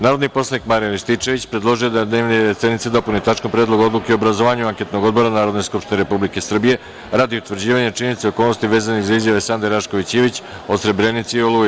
Narodni poslanik Marijan Rističević predložio je da se dnevni red sednice dopuni tačkom – Predlog odluke o obrazovanju anketnog odbora Narodne skupštine Republike Srbije radi utvrđivanja činjenica i okolnosti vezanih za izjave Sande Rašković Ivić o Srebrenici i „Oluji“